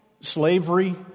slavery